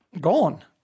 gone